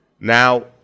Now